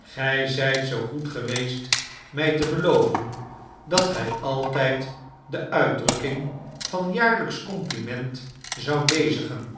gij zijt zoo goed geweest mij te beloven dat gij altijd de uitdrukking van jaarlijksch compliment zoudt bezigen